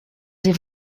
sie